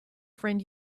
friend